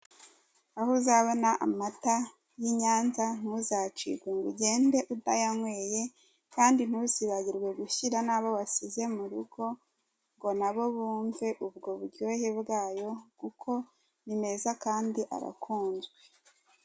Aho uzabona amata y'i Nyanza ntuzacikwe ngo ugende utayanyweye kandi ntuzibagirwe gushyira n'abo wasize mu rugo, ngo na bo bumve ubwo buryohe bwayo kuko ni meza kandi arakunzwe.